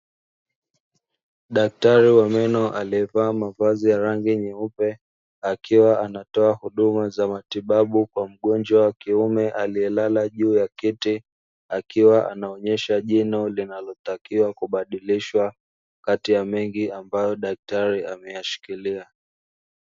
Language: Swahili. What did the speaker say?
Daktari wa meno alievaa mavazi ya rangi nyeupe akiwa anatoa huduma za matibabu kwa mgonjwa wa kiume aliyelala juu ya kiti akiwa anaonyesha jino linalotakiwa kubadilishwa kati ya mengi ambayo daktari ameyashikilia.